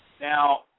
Now